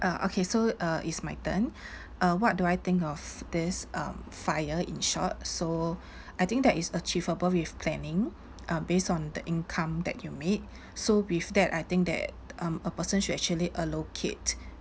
ah okay so uh is my turn uh what do I think of this um FIRE in short so I think that is achievable with planning um based on the income that you made so with that I think that um a person should actually allocate